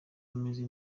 ameze